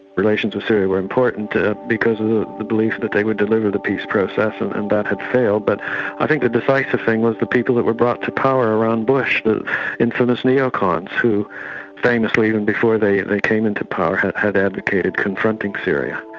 relations with syria were important because of the belief that they would deliver the peace process and and that had failed. but i think the decisive thing was the people that were brought to power around bush, the infamous neocons who famously and before they they came into power, had had advocated confronting syria.